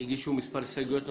הגישו מספר הסתייגויות נוספות,